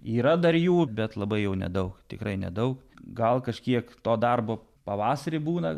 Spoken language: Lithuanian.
yra dar jų bet labai jau nedaug tikrai nedaug gal kažkiek to darbo pavasarį būna